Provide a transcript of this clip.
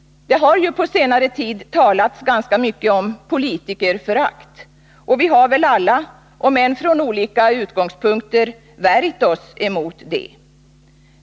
Det har ju på senare tid talats ganska mycket om politikerförakt, och vi har väl alla om än från olika utgångspunkter värjt oss emot det.